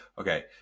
okay